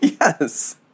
Yes